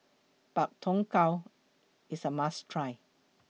Pak Thong Ko IS A must Try